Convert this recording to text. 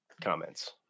comments